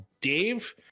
Dave